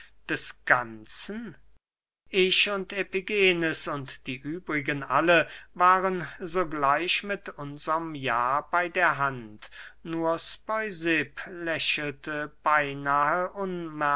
des ganzen ich und epigenes und die übrigen alle waren sogleich mit unserm ja bey der hand nur speusipp lächelte beynahe